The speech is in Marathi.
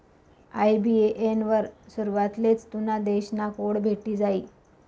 आय.बी.ए.एन वर सुरवातलेच तुना देश ना कोड भेटी जायी